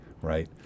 Right